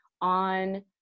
on